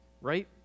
right